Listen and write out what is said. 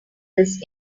this